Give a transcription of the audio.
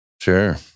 Sure